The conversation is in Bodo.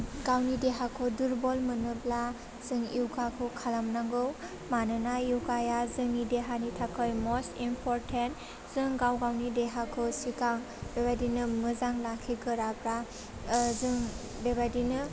गावनि देहाखौ दुरबल मोनोब्ला जों य'गाखौ खालामनांगौ मानोना य'गाया जोंनि देहानि थाखाय मस्ट इमपर्टेन्ट जों गाव गावनि देहाखौ सिगां बेबायदिनो मोजां लाखिगोराब्रा ओह जों बे बायदिनो